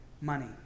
money